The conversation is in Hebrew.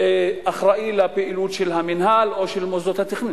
אחראי לפעילות של המינהל או של מוסדות התכנון.